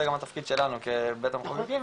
זה גם התפקיד שלנו כבית המחוקקים,